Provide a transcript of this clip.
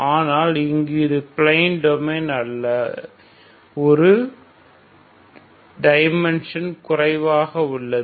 ஆனால் இங்கு இது பிளைன் டொமைன் அல்ல ஒரு டைமென்ஷன் குறைவாக உள்ளது